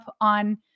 on